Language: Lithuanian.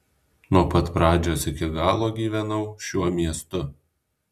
nuo pat pradžios iki galo gyvenau šiuo miestu